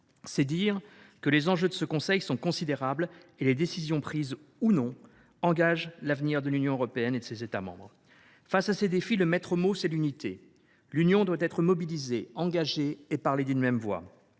C’est dire si les enjeux de ce Conseil sont considérables. Les décisions qui seront prises ou non engageront l’avenir de l’Union européenne et de ses États membres. Face à ces défis, le maître mot est l’unité. L’Union doit être mobilisée, engagée, et parler d’une seule voix.